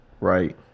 Right